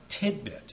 tidbit